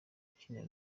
ukinira